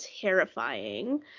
terrifying